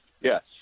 yes